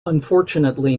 unfortunately